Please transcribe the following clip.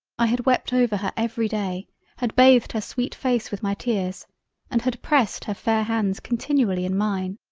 i had wept over her every day had bathed her sweet face with my tears and had pressed her fair hands continually in mine.